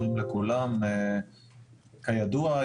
כידוע,